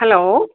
hello